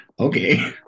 Okay